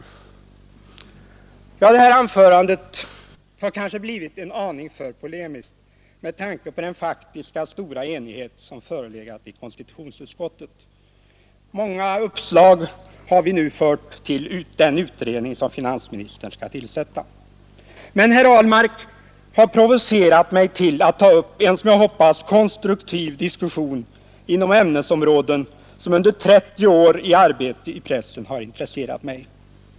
Det här anförandet har kanske blivit en aning för polemiskt med tanke på den faktiska stora enighet som förelegat i konstitutionsutskottet. Många uppslag har vi fört vidare till den utredning som finansministern skall tillsätta. Herr Ahlmark har emellertid provocerat mig till att ta upp en som jag hoppas konstruktiv diskussion inom ämnesområden som under 30 års arbete i pressen har intresserat mig.